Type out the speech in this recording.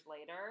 later